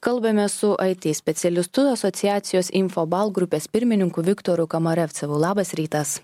kalbamės su aity specialistu asociacijos infobalt grupės pirmininku viktoru kamarevcevu labas rytas